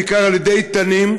בעיקר על ידי תנים.